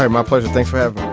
my pleasure. thank